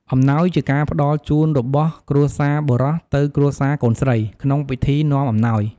អំណោយជាការផ្ដល់ជូនរបស់គ្រួសារបុរសទៅគ្រួសារកូនស្រី ក្នុងពិធីនាំអំណោយ។